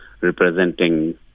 representing